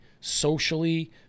socially